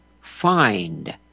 find